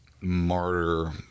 martyr